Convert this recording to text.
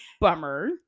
bummer